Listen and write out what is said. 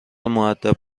مودب